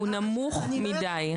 הוא נמוך מידי.